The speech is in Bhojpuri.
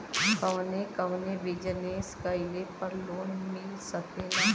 कवने कवने बिजनेस कइले पर लोन मिल सकेला?